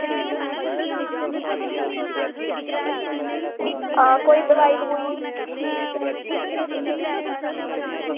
हां कोई दवाई दवुई